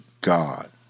God